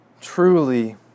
Truly